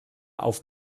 auf